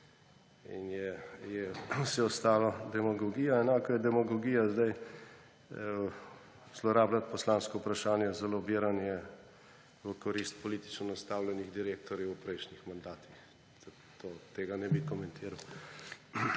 in je vse ostalo demagogija. Enako je zdaj demagogija zlorabljati poslansko vprašanje za lobiranje v korist politično nastavljenih direktorjev v prejšnjih mandatih. Tudi tega ne bi komentiral.